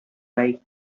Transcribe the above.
like